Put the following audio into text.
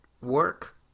work